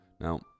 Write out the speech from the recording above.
Now